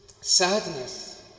sadness